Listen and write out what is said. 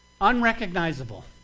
Unrecognizable